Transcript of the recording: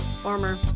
former